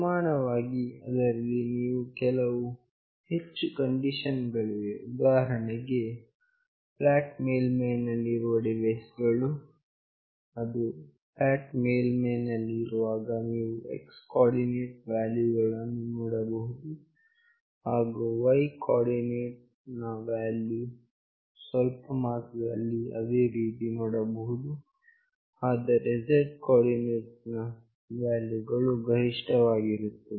ಸಮಾನವಾಗಿ ಅದರಲ್ಲಿ ಕೆಲವು ಹೆಚ್ಚು ಕಂಡೀಷನ್ ಗಳಿವೆ ಉದಾಹರಣೆಗೆ ಫ್ಲಾಟ್ ಮೇಲ್ಮೈನಲ್ಲಿ ಇರುವ ಡಿವೈಸ್ ಗಳು ಅದು ಫ್ಲಾಟ್ ಮೇಲ್ಮೈನಲ್ಲಿ ಇರುವಾಗ ನೀವು x ಕೋಆರ್ಡಿನೇಟ್ ನ ವ್ಯಾಲ್ಯೂಗಳನ್ನು ನೋಡಬಹುದು ಹಾಗು y ಕೋಆರ್ಡಿನೇಟ್ ನ ವ್ಯಾಲ್ಯೂಗಳನ್ನು ಸ್ವಲ್ಪ ಮಾತ್ರದಲ್ಲಿ ಅದೇ ರೀತಿ ನೋಡಬಹುದು ಆದರೆ z ಕೋ ಆರ್ಡಿನೇಟ್ ನ ವ್ಯಾಲ್ಯೂವು ಗರಿಷ್ಠವಾಗಿರುತ್ತದೆ